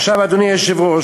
עכשיו, אדוני היושב-ראש,